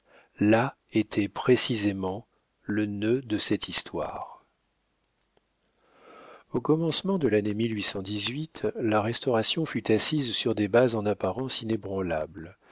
là était précisément le nœud de cette histoire au commencement de l'année la restauration fut assise sur des bases en apparence inébranlables